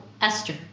Esther